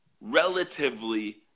relatively